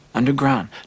Underground